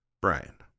Brian